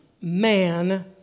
man